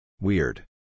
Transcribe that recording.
Weird